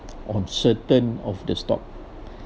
on certain of the stock